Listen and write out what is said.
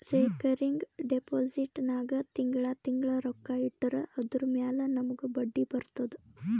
recurring deposit ನಾಗ್ ತಿಂಗಳಾ ತಿಂಗಳಾ ರೊಕ್ಕಾ ಇಟ್ಟರ್ ಅದುರ ಮ್ಯಾಲ ನಮೂಗ್ ಬಡ್ಡಿ ಬರ್ತುದ